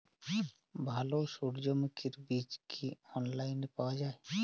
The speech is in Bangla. ভালো সূর্যমুখির বীজ কি অনলাইনে পাওয়া যায়?